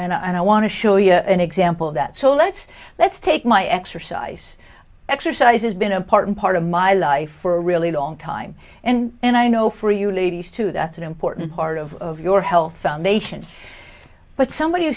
and i want to show you an example of that so let's let's take my exercise exercise has been a part of part of my life for a really long time and i know for you ladies too that's an important part of your health foundation but somebody who